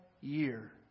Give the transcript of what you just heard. year